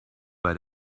bei